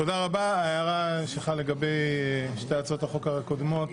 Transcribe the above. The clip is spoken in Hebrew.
ההערה של חבר הכנסת גינזבורג לגבי שתי הצעות החוק הקודמות